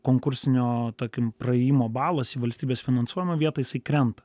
konkursinio tarkim praėjimo balas į valstybės finansuojamą vietą jisai krenta